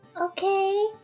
Okay